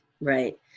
right